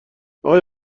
آقای